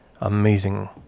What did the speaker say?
amazing